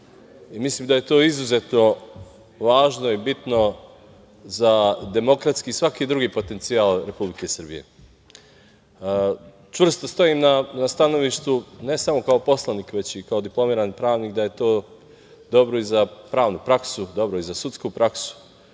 i mislim da je to izuzetno važno i bitno za demokratski i svaki drugi potencijal Republike Srbije. Čvrsto stojim na stanovištu, ne samo kao poslanik, već kao diplomirani pravnik, da je to dobro i za pravnu praksu, dobro i za sudsku praksu,